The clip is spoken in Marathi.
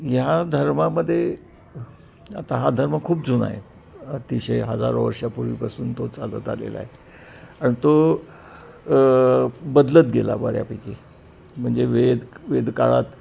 ह्या धर्मामध्ये आता हा धर्म खूप जुना आहे अतिशय हजारो वर्षापूर्वीपासून तो चालत आलेला आहे आणि तो बदलत गेला बऱ्यापैकी म्हणजे वेद वेदकाळात